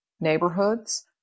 neighborhoods